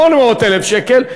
800,000 שקל,